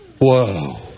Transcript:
Whoa